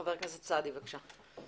חבר הכנסת סעדי, בבקשה.